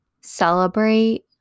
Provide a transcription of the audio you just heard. celebrate